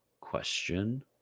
Question